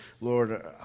Lord